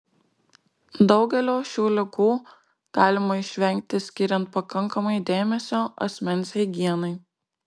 daugelio šių ligų galima išvengti skiriant pakankamai dėmesio asmens higienai